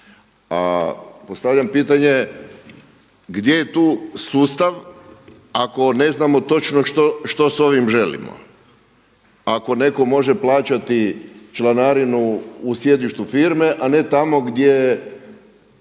Postavljam pitanje gdje je tu sustav ako ne znamo točno što sa ovim želimo. Ako netko može plaćati članarinu u sjedištu firme, a ne tamo gdje